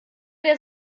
der